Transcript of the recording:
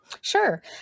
Sure